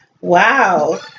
Wow